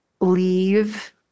leave